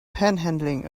panhandling